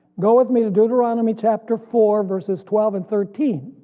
go with me to deuteronomy chapter four verses twelve and thirteen,